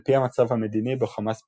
על פי המצב המדיני בו חמאס פועלת.